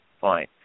Fine